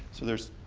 so there's,